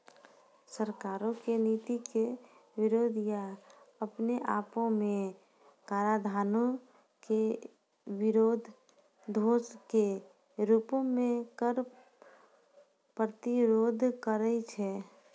सरकारो के नीति के विरोध या अपने आपो मे कराधानो के विरोधो के रूपो मे कर प्रतिरोध करै छै